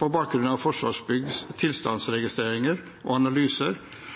på bakgrunn av Forsvarsbyggs tilstandsregistreringer og